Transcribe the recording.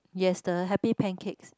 yes the Happy Pancakes